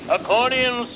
Accordion